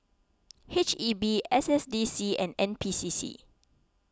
H E B S S D C and N P C C